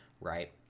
right